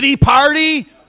party